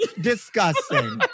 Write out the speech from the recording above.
Disgusting